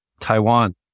Taiwan